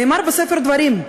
נאמר בספר דברים: